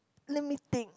let me think